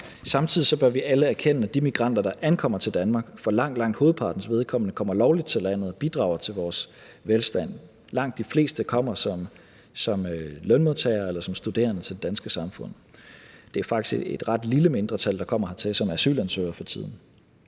Samtidig bør vi alle erkende, at de migranter, der ankommer til Danmark, for langt, langt hovedpartens vedkommende kommer lovligt til landet og bidrager til vores velstand. Langt de fleste kommer som lønmodtagere eller som studerende til det danske samfund. Det er faktisk et ret lille mindretal, der kommer hertil som asylansøgere for tiden.